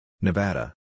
Nevada